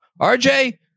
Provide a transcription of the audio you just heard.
RJ